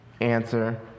answer